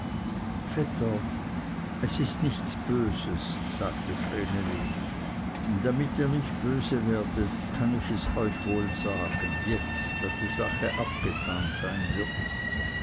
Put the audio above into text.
vetter es ist nichts böses sagte vreneli damit ihr nicht böse werdet kann ich es euch wohl sagen jetzt da die sache abgetan sein wird